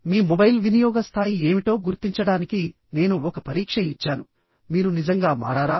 మీ mobile వినియోగ స్థాయి ఏమిటో గుర్తించడానికి నేను ఒక పరీక్ష ఇచ్చాను మీరు నిజంగా మారారా